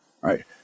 right